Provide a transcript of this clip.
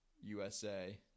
USA